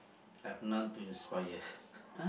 I have none to inspire